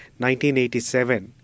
1987